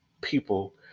people